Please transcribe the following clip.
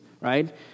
right